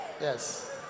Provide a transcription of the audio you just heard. Yes